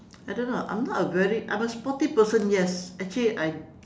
I don't know I'm not a very I'm a sporty person yes actually I